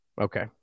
Okay